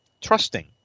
trusting